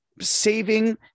saving